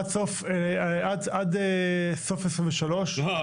עד סוף 2023. לא,